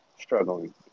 struggling